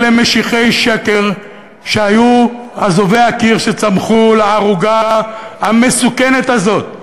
אלה משיחי שקר שהיו אזובי הקיר שצמחו לערוגה המסוכנת הזאת.